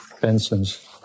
Benson's